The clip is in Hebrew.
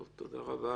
טוב, תודה רבה.